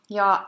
ja